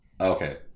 Okay